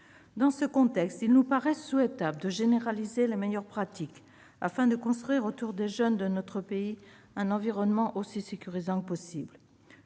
Dans ce contexte, il nous paraît souhaitable de généraliser les meilleures pratiques afin de construire autour des jeunes de notre pays un environnement aussi sécurisant que possible.